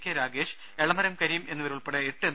K Ragesh Elamaram Kareem എന്നിവരുൾപ്പെടെ എട്ട് M